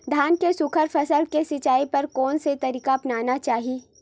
धान के सुघ्घर फसल के सिचाई बर कोन से तरीका अपनाना चाहि?